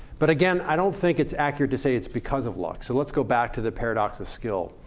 but again, i don't think it's accurate to say it's because of luck. so let's go back to the paradox of skill.